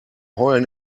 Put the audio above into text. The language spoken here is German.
heulen